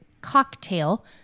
cocktail